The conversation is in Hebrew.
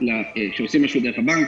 כשעושים משהו דרך הבנק,